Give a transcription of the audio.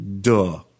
duh